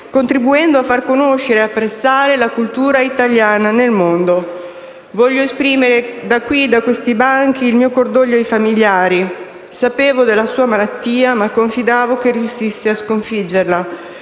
contribuendo a far conoscere ed apprezzare la cultura italiana nel mondo. Voglio esprimere da questi banchi il mio cordoglio ai familiari. Sapevo della sua malattia ma confidavo che riuscisse a sconfiggerla.